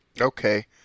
okay